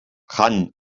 jan